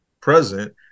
present